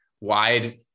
wide